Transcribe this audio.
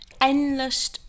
endless